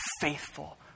faithful